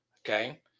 okay